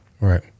right